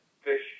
Fish